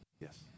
Yes